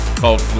called